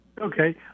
Okay